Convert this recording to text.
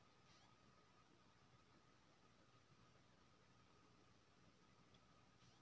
गामक आबादी ततेक ने बढ़ि गेल जे बाध बोन खूब कटय लागल